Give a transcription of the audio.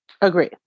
Agree